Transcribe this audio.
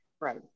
right